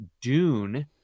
Dune